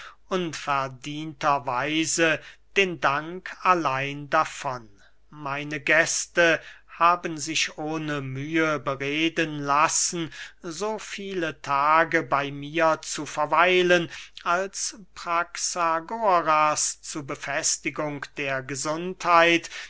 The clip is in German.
unverdienter weise den dank allein davon meine gäste haben sich ohne mühe bereden lassen so viele tage bey mir zu verweilen als praxagoras zu befestigung der gesundheit